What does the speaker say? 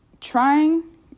trying